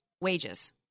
wages